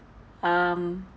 um